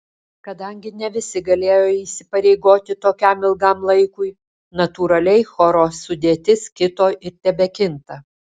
kadangi ne visi galėjo įsipareigoti tokiam ilgam laikui natūraliai choro sudėtis kito ir tebekinta